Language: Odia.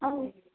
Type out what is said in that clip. ହଉ